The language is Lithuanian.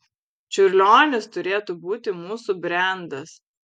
čiurlionis turėtų būti mūsų brendas